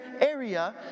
area